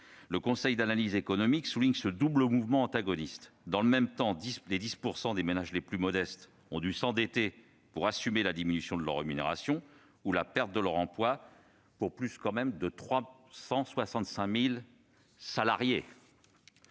Le Conseil d'analyse économique souligne ce double mouvement antagoniste : dans le même temps, les 10 % de ménages les plus modestes ont dû s'endetter pour assumer la diminution de leur rémunération ou, pour plus de 365 000 salariés,